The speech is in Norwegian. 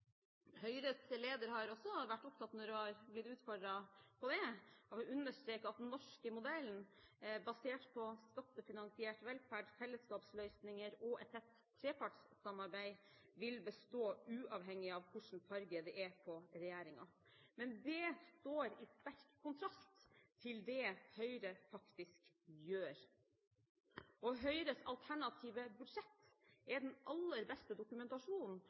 Høyres leder har når hun har blitt utfordret på det, også vært opptatt av å understreke at den norske modellen basert på skattefinansiert velferd, fellesskapsløsninger og et tett trepartssamarbeid vil bestå uavhengig av hvilken farge det er på regjeringen. Men det står i sterk kontrast til det Høyre faktisk gjør. Høyres alternative budsjett er den aller beste dokumentasjonen